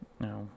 No